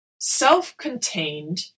self-contained